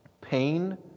pain